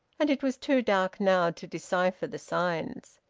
and it was too dark now to decipher the signs.